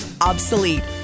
obsolete